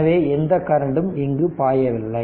எனவே எந்த கரண்டும் இங்கு பாயவில்லை